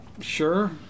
sure